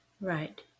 Right